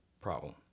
problem